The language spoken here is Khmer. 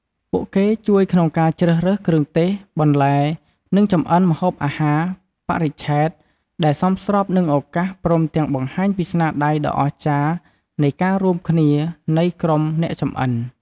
ពួកគេជួយក្នុងការជ្រើសរើសគ្រឿងទេស បន្លែ និងចម្អិនម្ហូបអាហារបរិច្ឆេទ ដែលសមស្របនឹងឱកាស ព្រមទាំងបង្ហាញពីស្នាដៃដ៏អស្ចារ្យនៃការរួមគ្នានៃក្រុមអ្នកចម្អិន។